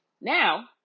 Now